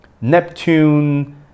Neptune